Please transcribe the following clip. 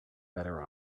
better